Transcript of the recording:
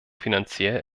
finanziell